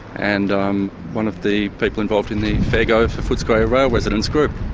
and um one of the people involved in the fair go for footscray rail residents' group.